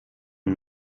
und